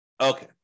Okay